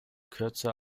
kürzer